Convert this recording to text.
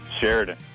Sheridan